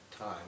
time